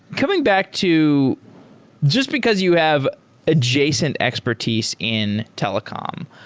coming back to just because you have adjacent expertise in telecom,